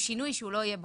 שינוי שהוא לא יהיה בחוק.